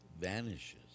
vanishes